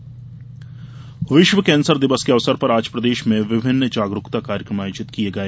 cancer दिवस विश्व cancer दिवस के अवसर पर आज प्रदेश में विभिन्न जागरुकता कार्यकम आयोजित किये गये